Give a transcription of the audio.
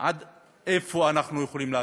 עד איפה אנחנו יכולים להגיע?